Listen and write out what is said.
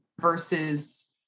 versus